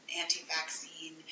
anti-vaccine